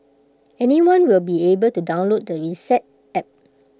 anyone will be able to download the reset app